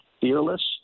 fearless